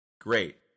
great